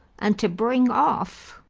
and to bring off.